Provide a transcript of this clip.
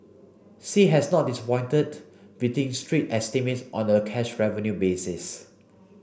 sea has not disappointed beating street estimates on a cash revenue basis